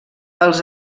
els